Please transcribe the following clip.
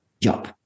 job